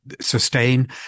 sustain